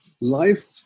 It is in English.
life